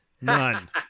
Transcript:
none